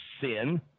sin